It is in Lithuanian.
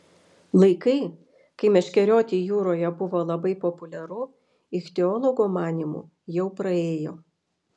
laikai kai meškerioti jūroje buvo labai populiaru ichtiologo manymu jau praėjo